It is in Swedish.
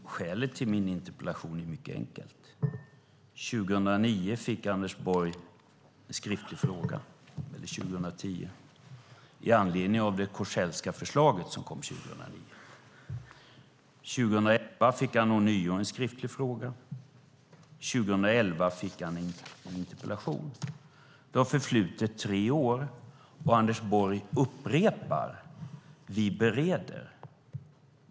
Herr talman! Skälet till min interpellation är mycket enkelt. År 2010 fick Anders Borg en skriftlig fråga i anledning av det Korsellska förslaget som kom 2009. År 2011 fick han ånyo en skriftlig fråga. År 2011 fick han en interpellation. Det har förflutit tre år, och Anders Borg upprepar: Vi bereder.